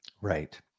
Right